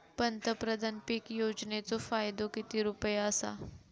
पंतप्रधान पीक योजनेचो फायदो किती रुपये आसा?